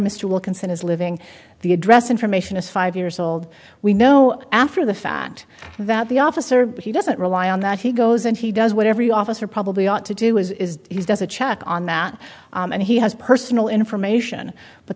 mr wilkinson is living the address information is five years old we know after the fact that the officer but he doesn't rely on that he goes and he does what every officer probably ought to do is he does a check on that and he has personal information but